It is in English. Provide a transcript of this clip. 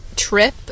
trip